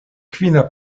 kvina